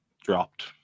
dropped